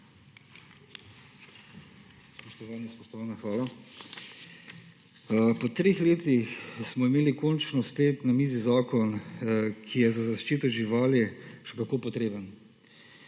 Pri treh letih smo imeli končno sklep na mizi zakon, ki je za zaščito živali še kako potreben.